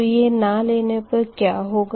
तो यह ना लेने पर क्या होगा